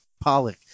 Pollock